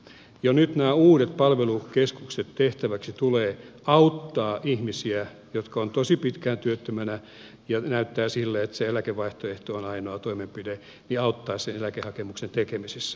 jo nyt näiden uusien palvelukeskusten tehtäväksi tulee auttaa ihmisiä jotka ovat tosi pitkään työttöminä ja joiden kohdalla näyttää siltä että se eläkevaihtoehto on ainoa toimenpide sen eläkehakemuksen tekemisessä